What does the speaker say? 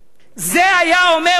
זה היה אומר אולמרט,